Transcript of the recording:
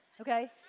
Okay